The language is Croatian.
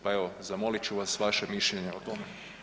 Pa evo zamolit ću vas vaše mišljenje o tom.